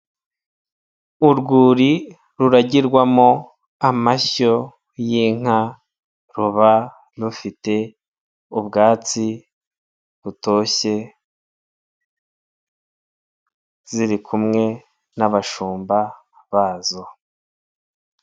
Urwuri ruragirwamo amashyo y'inka ruba rufite ubwatsi butoshye, ziri kumwe n'abashumba bazo.